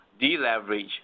deleverage